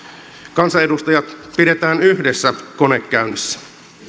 kansanedustajat pidetään yhdessä kone käynnissä